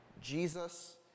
Jesus